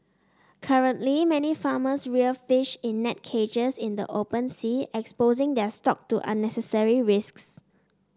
currently many farmers rear fish in net cages in the open sea exposing their stock to unnecessary risks